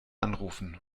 anrufen